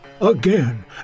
again